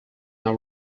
now